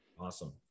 Awesome